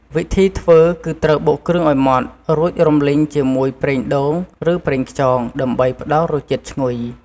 វិធីធ្វើ គឺត្រូវបុកគ្រឿងឱ្យម៉ដ្ឋរួច រំលីងជាមួយប្រេងដូង ឬប្រេងខ្យង ដើម្បីផ្ដល់រសជាតិឈ្ងុយ។